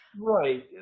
Right